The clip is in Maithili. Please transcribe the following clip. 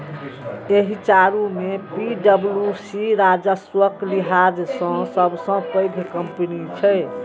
एहि चारू मे पी.डब्ल्यू.सी राजस्वक लिहाज सं सबसं पैघ कंपनी छै